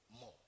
more